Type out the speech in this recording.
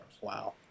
Wow